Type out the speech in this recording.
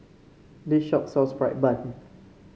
this shop sells fried bun